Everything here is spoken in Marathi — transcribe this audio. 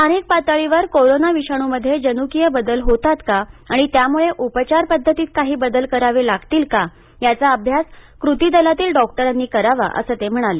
स्थानिक पातळीवर कोरोना विषाणूमध्ये जनुकीय बदल होतात का आणि त्यामुळे उपचार बद्धतीत काही बदल करावे लागतील का याचा अभ्यास कृतीदलातील डॉक्टरांनी करावा असं ते म्हणाले